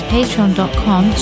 patreon.com